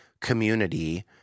community